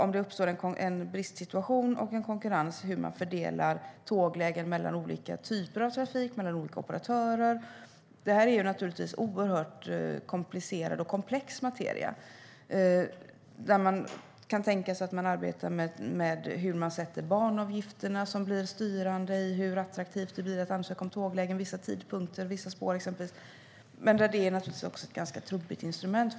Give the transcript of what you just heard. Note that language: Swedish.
Om det uppstår en bristsituation och en konkurrens handlar det om hur man fördelar tåglägen mellan olika typer av trafik och mellan olika operatörer. Det är oerhört komplicerad och komplex materia. Man kan tänka sig att arbeta med hur man sätter banavgifter, som blir styrande för hur attraktivt det blir att ansöka om tåglägen vid vissa tidpunkter och på vissa spår. Men det är naturligtvis ett ganska trubbigt instrument.